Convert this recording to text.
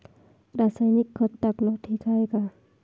रासायनिक खत टाकनं ठीक हाये का?